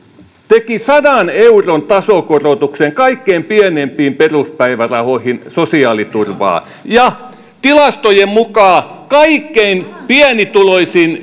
teki sadan euron tasokorotuksen kaikkein pienimpiin peruspäivärahoihin sosiaaliturvaan ja tilastojen mukaan kaikkein pienituloisimman